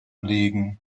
legen